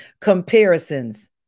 comparisons